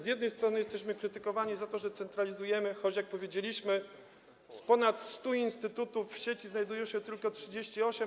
Z jednej strony jesteśmy krytykowani za to, że centralizujemy, choć, jak powiedzieliśmy, z ponad 100 instytutów w sieci znajduje się tylko 38.